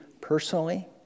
personally